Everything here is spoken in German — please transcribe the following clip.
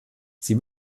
sie